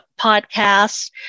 podcasts